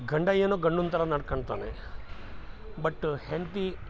ಗಂಡ ಏನೋ ಗಂಡನ ಥರ ನಡ್ಕಳ್ತಾನೆ ಬಟ್ಟು ಹೆಂಡತಿ